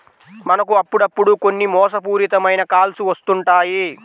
మనకు అప్పుడప్పుడు కొన్ని మోసపూరిత మైన కాల్స్ వస్తుంటాయి